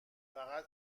فقط